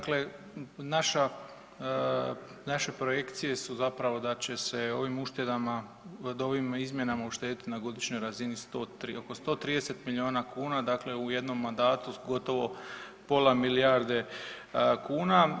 Dakle, naša, naše projekcije su zapravo da će se ovim uštedama, ovim izmjenama uštedit na godišnjoj razini oko 130 milijuna kuna, dakle u jednom mandatu gotovo pola milijarde kuna.